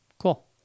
Cool